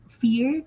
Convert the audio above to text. fear